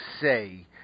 say